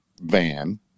van